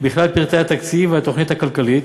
בכלל פרטי התקציב והתוכנית הכלכלית.